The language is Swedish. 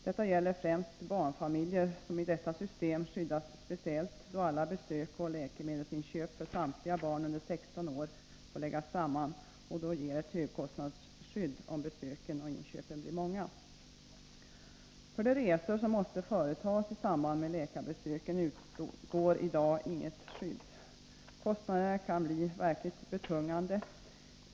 Detta gäller främst barnfamiljer, som i detta system skyddas speciellt, då alla besök och läkemedelsinköp för samtliga barn under 16 år får läggas samman och då ger ett högkostnadsskydd om besöken och inköpen blir många. För de resor som måste företas i samband med läkarbesöken utgår i dag inget skydd. Kostnaderna kan bli verkligt betungande.